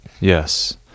Yes